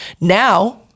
now